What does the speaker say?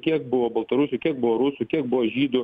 kiek buvo baltarusių kiek buvo rusų kiek buvo žydų